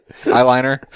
eyeliner